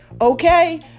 Okay